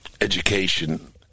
education